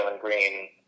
Green